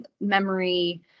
memory